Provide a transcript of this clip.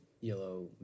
yellow